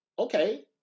Okay